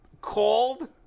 called